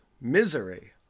Misery